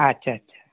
আচ্ছা আচ্ছা